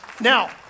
Now